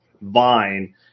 vine